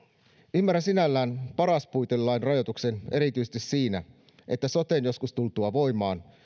ymmärrän sinällään paras puitelain rajoituksen eritysesti siinä että soten joskus tultua voimaan tulee